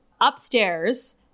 upstairs